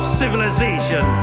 civilization